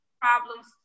problems